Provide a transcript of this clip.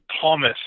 Thomas